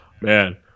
man